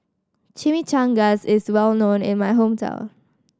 Chimichangas is well known in my hometown